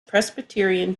presbyterian